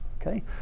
okay